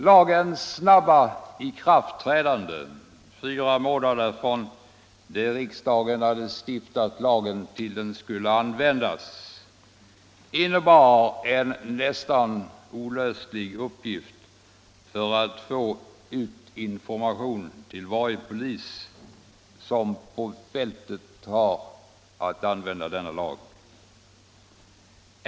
Lagens snabba ikraftträdande — fyra månader från det att riksdagen stiftat lagen till dess att den skulle användas — innebar den nästan olösliga uppgiften att få ut information till varje polis som på fältet skall använda sig av denna lag.